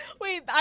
wait